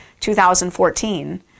2014